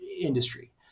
industry